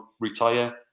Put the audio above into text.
retire